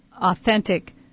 authentic